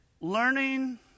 learning